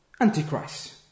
antichrist